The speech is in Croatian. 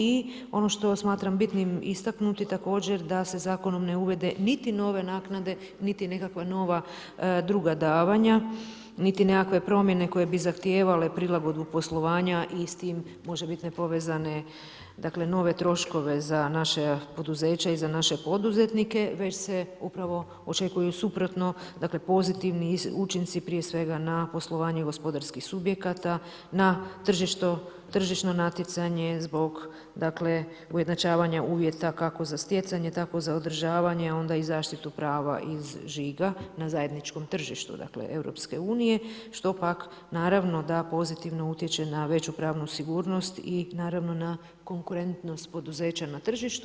I ono što smatram bitnim istaknuti također da se zakonom ne uvode niti nove naknade, niti nekakva nova druga davanja, niti nekakve promjene koje bi zahtijevale prilagodbu poslovanja i s tim može biti nepovezane dakle nove troškove za naša poduzeća i za naše poduzetnike, već se upravo očekuje suprotno dakle, pozitivni učinci prije svega na poslovanje gospodarskih subjekata, na tržišno natjecanje zbog ujednačavanja uvjeta kako za stjecanje, tako za održavanje a onda i zaštitu prava iz žiga na zajedničkom tržištu Europske unije što pak naravno da pozitivno utječe na veću pravnu sigurnost i naravno na konkurentnost poduzeća na tržištu.